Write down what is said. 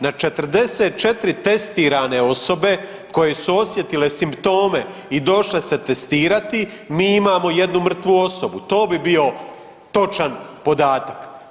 Na 44 testirane osobe koje su osjetile simptome i došle se testirati mi imamo jednu mrtvu osobu to bi bio točan podatak.